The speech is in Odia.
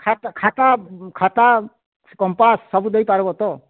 ଖାତା ଖାତା ଖାତା କମ୍ପାସ୍ ସବୁ ଦେଇପାର୍ବୋ ତ